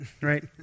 Right